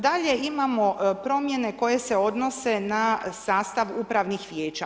Dalje imamo promjene koje se odnose na sastav upravnih vijeća.